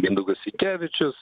mindaugas sinkevičius